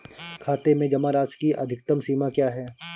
खाते में जमा राशि की अधिकतम सीमा क्या है?